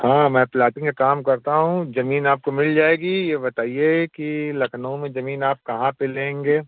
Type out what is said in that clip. हाँ मैं प्लाटिंग का काम करता हूँ ज़मीन आपको मिल जाएगी यह बताइए कि लखनऊ में ज़मीन आप कहाँ पर लेंगे